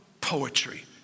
poetry